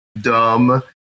dumb